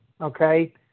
okay